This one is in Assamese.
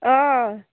অঁ